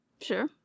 Sure